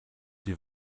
die